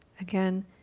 Again